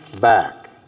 back